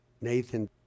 Nathan